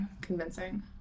convincing